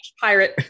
pirate